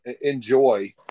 enjoy